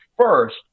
first